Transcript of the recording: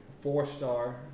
four-star